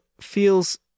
feels